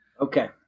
Okay